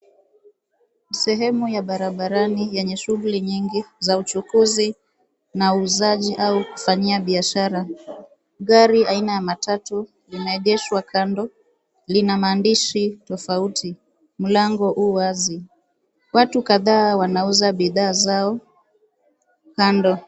Sehemu ya barabarani yenye shughuli nyingi za uchukuzi na uuzaji au kufanyia biashara. Gari aina ya matatu inaegeshwa kando. Lina maandishi tofauti. Mlango u wazi. Watu kadhaa wanauza bidhaa zao kando.